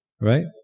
right